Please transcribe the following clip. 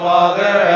Father